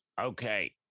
Okay